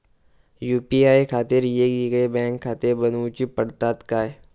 UPI खातीर येगयेगळे बँकखाते बनऊची पडतात काय?